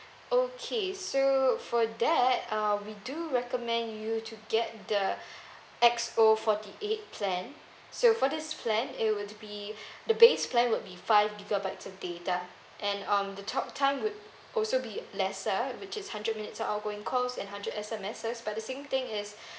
okay so for that uh we do recommend you to get the X_O forty eight plan so for this plan it would be the base plan would be five gigabytes of data and um the talk time would also be lesser which is hundred minutes outgoing calls and hundred S_M_Ses but the same thing is